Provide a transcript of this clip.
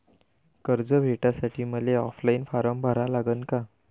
कर्ज भेटासाठी मले ऑफलाईन फारम भरा लागन का?